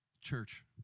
Church